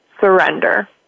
surrender